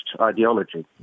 ideology